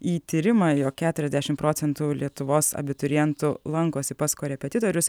į tyrimą jog keturiasdešimt procentų lietuvos abiturientų lankosi pas korepetitorius